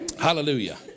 Hallelujah